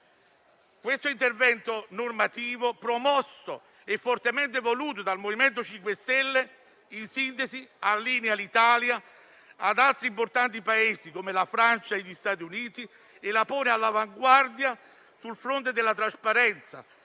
Questo intervento normativo, promosso e fortemente voluto dal MoVimento 5 Stelle, in sintesi allinea l'Italia ad altri importanti Paesi come la Francia e gli Stati Uniti, ponendola al contempo all'avanguardia sul fronte della trasparenza,